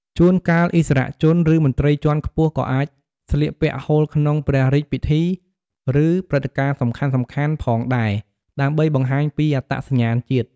ជួនកាលឥស្សរជន ឬមន្ត្រីជាន់ខ្ពស់ក៏អាចស្លៀកពាក់ហូលក្នុងព្រះរាជពិធី ឬព្រឹត្តិការណ៍សំខាន់ៗផងដែរ ដើម្បីបង្ហាញពីអត្តសញ្ញាណជាតិ។